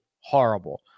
horrible